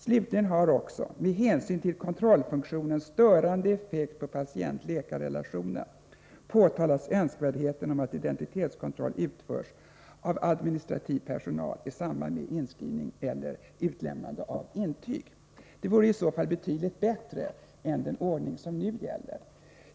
Slutligen har också — med hänsyn till kontrollfunktionens störande effekt på patient-läkarrelationen — påtalats önskvärdheten om att identitetskontroll utförs av administrativ personal i samband med inskrivning eller utlämnande av intyg.” Det vore i så fall betydligt bättre än den ordning som nu gäller.